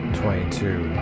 twenty-two